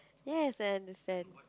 yes I understand